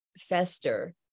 fester